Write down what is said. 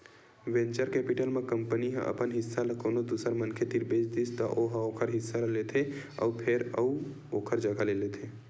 venture capital म company ह अपन हिस्सा ल कोनो दूसर मनखे तीर बेच दिस त ओ ह ओखर हिस्सा ल लेथे फेर अउ ओखर जघा ले लेथे